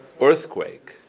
earthquake